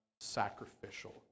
sacrificial